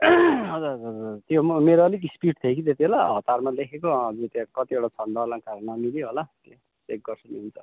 हजुर हुजर हजुर त्यो म मेरो अलिक स्पिड थियो कि त्यतिबेला हतारमा लेखेको अनि त्याँ कतिवटा छन्द अलङ्कार नमिली होला चेक गर्छु नि हुन्छ